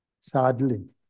Sadly